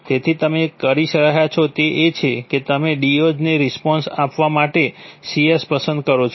તેથી તમે જે કરી રહ્યા છો તે એ છે કે તમે D0 ને સોંપવા માટે પસંદ કરો છો